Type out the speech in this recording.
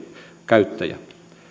käyttäjä